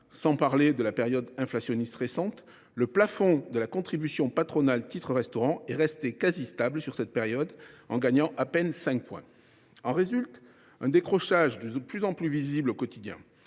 sans parler de la période inflationniste récente, le plafond de la contribution patronale titre restaurant est resté quasiment stable sur cette période, gagnant à peine 5 points. En résulte un décrochage de plus en plus visible au quotidien.